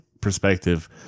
perspective